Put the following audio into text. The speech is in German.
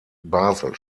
basel